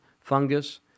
fungus